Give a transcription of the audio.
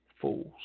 fools